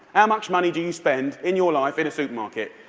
how much money do you spend, in your life, in a supermarket?